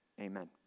Amen